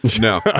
No